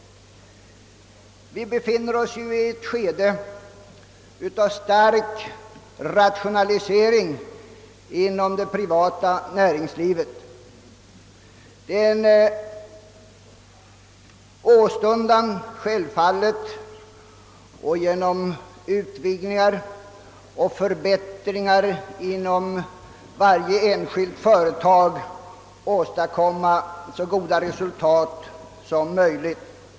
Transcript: Vi befinner oss i ett skede av stark rationalisering inom det privata näringslivet. Inom varje företag finns det självfallet en åstundan att genom utvidgningar och förbättringar åstadkomma så goda resultat som möjligt.